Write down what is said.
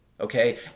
Okay